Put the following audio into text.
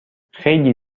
خیلی